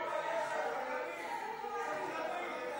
את לא מתביישת, מי לא טס בגלל שוברים שתיקה?